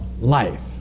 life